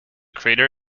crater